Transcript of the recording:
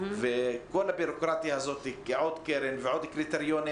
כל הבירוקרטיה הזאת עוד קרן ועוד קריטריונים